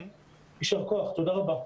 יישר כוח, תודה רבה.